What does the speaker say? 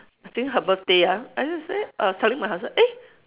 I think her birthday ah I just say uh I was telling my husband eh